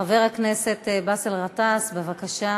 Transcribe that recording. חבר הכנסת באסל גטאס, בבקשה.